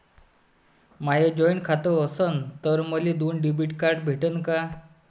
माय joint खातं असन तर मले दोन डेबिट कार्ड भेटन का?